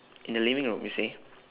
in the living room you see